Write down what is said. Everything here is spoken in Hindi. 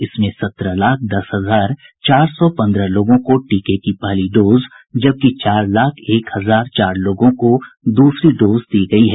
इसमें सत्रह लाख दस हजार चार सौ पन्द्रह लोगों को टीके की पहली डोज जबकि चार लाख एक हजार चार लोगों को दूसरी डोज दी गयी है